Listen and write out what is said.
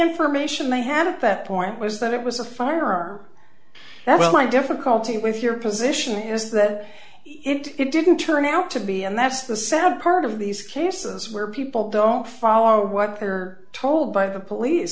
information they had at that point was that it was a firearm that well my difficulty with your position is that it didn't turn out to be and that's the sad part of these cases where people don't follow what they were told by the police